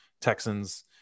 Texans